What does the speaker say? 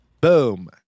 boom